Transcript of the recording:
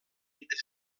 entre